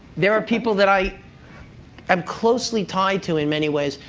there are people that i am closely tied to in many ways,